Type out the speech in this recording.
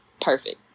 Perfect